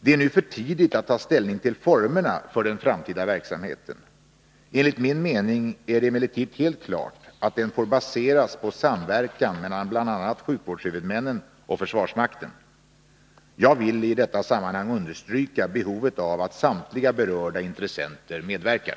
Det är nu för tidigt att ta ställning till formerna för den framtida verksamheten. Enligt min mening är det emellertid helt klart att den får baseras på samverkan mellan bl.a. sjukvårdshuvudmännen och försvarsmakten. Jag vill i detta sammanhang understryka behovet av att samtliga berörda intressenter medverkar.